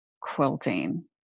quilting